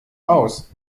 aus